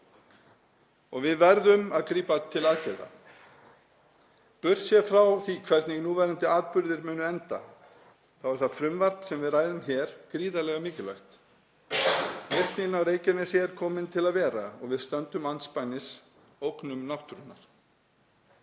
Við verðum að grípa til aðgerða. Burt séð frá því hvernig núverandi atburðir munu enda er það frumvarp sem við ræðum hér gríðarlega mikilvægt. Virknin á Reykjanesi er komin til að vera og við stöndum andspænis ógnum náttúrunnar.